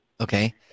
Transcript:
Okay